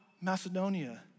Macedonia